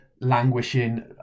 languishing